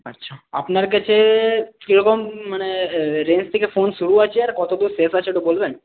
আচ্ছা আপনার কাছে কী রকম মানে রেট থেকে ফোন শুরু আছে আর কততে শেষ আছে একটু বলবেন